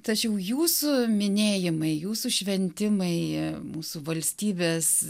tačiau jūsų minėjimai jūsų šventimai mūsų valstybės